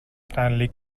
stanley